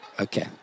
okay